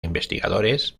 investigadores